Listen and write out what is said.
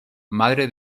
madre